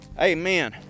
Amen